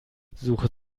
suche